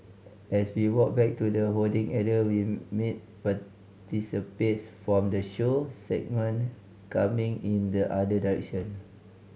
as we walk back to the holding area we meet participants from the show segment coming in the other direction